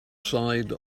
side